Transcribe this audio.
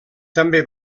també